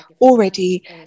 already